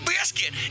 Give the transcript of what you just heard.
Biscuit